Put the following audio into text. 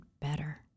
better